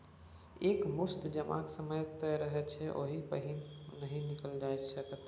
एक मुस्त जमाक समय तय रहय छै ओहि सँ पहिने पाइ नहि निकालल जा सकैए